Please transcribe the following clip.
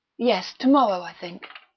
yes, to-morrow, i think.